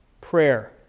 prayer